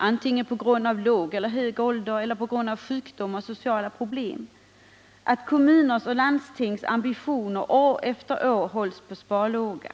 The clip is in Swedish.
oavsett om det är på grund av låg eller hög ålder eller på grund av sjukdom och sociala problem — att kommuners och landstings ambitioner år efter år hålls på sparlåga.